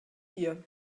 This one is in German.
hier